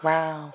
Wow